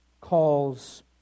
calls